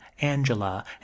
Angela